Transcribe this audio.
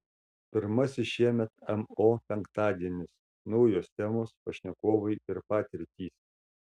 pirmasis šiemet mo penktadienis naujos temos pašnekovai ir patirtys